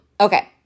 okay